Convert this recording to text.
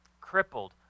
crippled